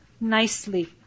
nicely